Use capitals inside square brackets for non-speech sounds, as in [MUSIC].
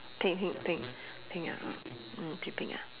pink pink pink pink ah mm [NOISE] pink ah